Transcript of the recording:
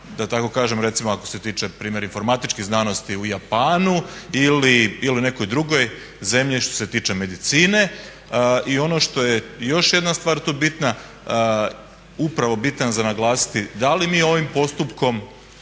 da tako kažem recimo ako se tiče primjer informatičkih znanosti u Japanu ili nekoj drugoj zemlji što se tiče medicine. I ono što je i još jedna stvar tu bitna, upravo bitna za naglasiti da li mi ovim postupkom